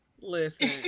Listen